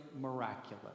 miraculous